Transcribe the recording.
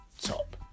top